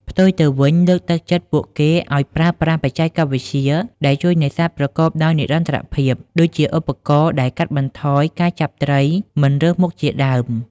ផ្ទុយទៅវិញ លើកទឹកចិត្តពួកគេឲ្យប្រើប្រាស់បច្ចេកវិទ្យាដែលជួយនេសាទប្រកបដោយនិរន្តរភាព ដូចជាឧបករណ៍ដែលកាត់បន្ថយការចាប់ត្រីមិនរើសមុខជាដើម។